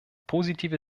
positive